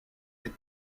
les